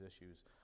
issues